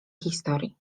historii